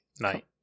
night